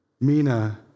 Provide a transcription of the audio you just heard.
Mina